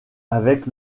avec